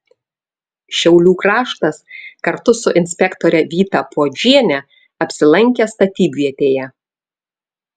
šiaulių kraštas kartu su inspektore vyta puodžiene apsilankė statybvietėje